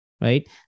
right